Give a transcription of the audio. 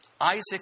Isaac